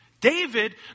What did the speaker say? David